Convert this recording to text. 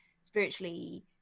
spiritually